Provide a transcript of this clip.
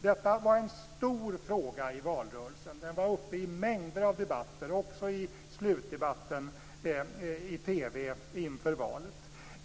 Detta var en stor fråga i valrörelsen. Den var uppe i mängder av debatter, också i slutdebatten i TV inför valet.